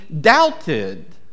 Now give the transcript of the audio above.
doubted